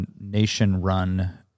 nation-run